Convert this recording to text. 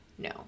No